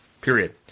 Period